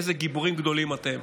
איזה גיבורים גדולים אתם.